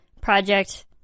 project